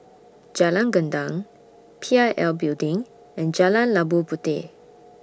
Jalan Gendang P I L Building and Jalan Labu Puteh